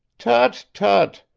tut! tut!